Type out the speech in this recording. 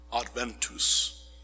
adventus